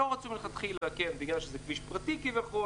לא רצו מלכתחילה בגלל שזה כביש פרטי כביכול